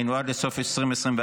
היינו עד לסוף 2024,